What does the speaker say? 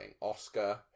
Oscar